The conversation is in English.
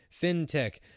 fintech